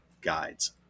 guides